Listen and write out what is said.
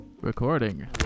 Recording